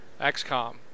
XCOM